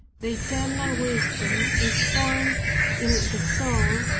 the eternal wisdom, is formed in the soul,